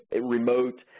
remote